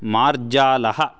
मार्जालः